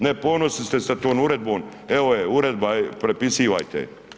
Ne ponosni ste sa tom uredbom evo je uredba prepisivajte je.